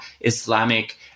Islamic